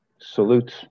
salute